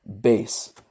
base